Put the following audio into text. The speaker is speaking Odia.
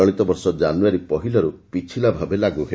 ଚଳିତ ବର୍ଷ ଜାନୁୟାରୀ ପହିଲାରୁ ପିଛିଲା ଭାବେ ଲାଗୁ ହେବ